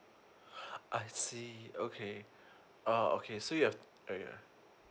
I see okay oh okay so you have